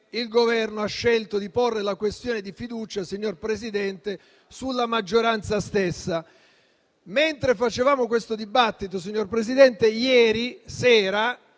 il Governo ha scelto di porre la questione di fiducia, signor Presidente, sulla maggioranza stessa. Mentre facevamo questo dibattito, signor